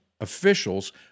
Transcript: officials